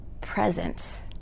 present